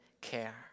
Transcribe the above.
care